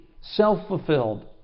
Self-fulfilled